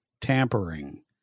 tampering